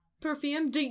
Perfume